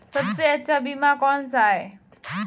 सबसे अच्छा बीमा कौनसा है?